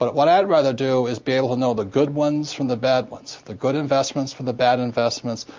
but what i'd rather do is be able to know the good ones from the bad ones, the good investments from the bad investments,